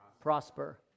Prosper